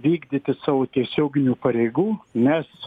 vykdyti savo tiesioginių pareigų nes